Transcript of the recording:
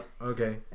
Okay